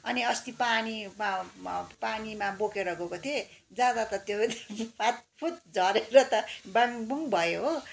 अनि अस्ति पानीमा पानीमा बोकेर गएको थिएँ जाँदा त त्यो फातफुत झरेर त बाङबुङ भयो हो